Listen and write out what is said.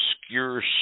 obscure